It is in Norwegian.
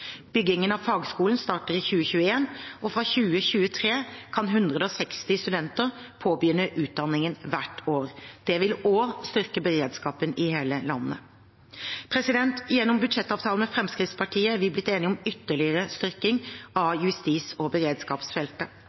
Byggingen av fagskolen starter i 2021, og fra 2023 kan 160 studenter påbegynne utdanningen hvert år. Det vil også styrke beredskapen i hele landet. Gjennom budsjettavtalen med Fremskrittspartiet er vi blitt enige om ytterligere styrking av justis- og beredskapsfeltet.